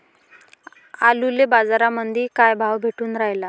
आलूले बाजारामंदी काय भाव भेटून रायला?